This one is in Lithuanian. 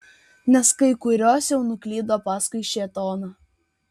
nes kai kurios jau nuklydo paskui šėtoną